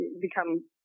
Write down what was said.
become